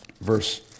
verse